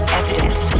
evidence